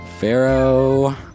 Pharaoh